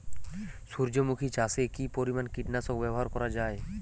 সূর্যমুখি চাষে কি পরিমান কীটনাশক ব্যবহার করা যায়?